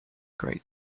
great